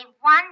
one